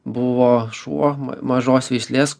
buvo šuo mažos veislės